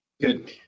good